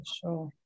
sure